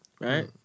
Right